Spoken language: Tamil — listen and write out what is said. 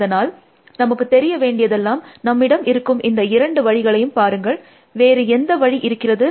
அதனால் நமக்கு தெரிய வேண்டியதெல்லாம் நம்மிடம் இருக்கும் இந்த இரண்டு வழிகளையும் பாருங்கள் வேறு எந்த வழி இருக்கிறது